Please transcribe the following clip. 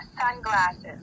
sunglasses